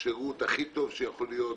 זה השירות הכי טוב שיכול להיות,